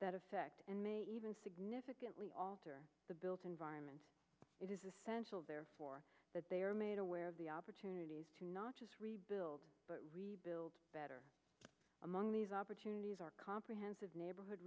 affect even significantly alter the built environment it is essential therefore that they are made aware of the opportunities to not just rebuild but rebuild better among these opportunities are comprehensive neighborhood